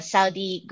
Saudi